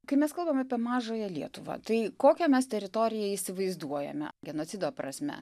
kai mes kalbam apie mažąją lietuvą tai kokią mes teritoriją įsivaizduojame genocido prasme